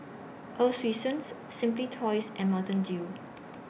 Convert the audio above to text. Earl's Swensens Simply Toys and Mountain Dew